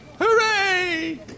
Hooray